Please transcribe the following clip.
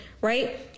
right